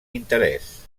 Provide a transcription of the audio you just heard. interès